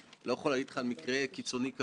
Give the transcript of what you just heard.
סלח לי שאני משתמש בוועדה בראשותך כדוגמה.